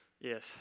yes